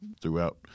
throughout